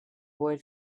boy